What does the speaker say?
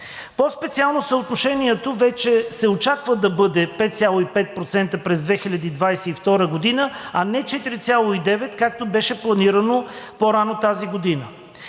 По-специално съотношението вече се очаква да бъде 5,5% през 2022 г., а не 4,9%, както беше планирано по-рано тази година.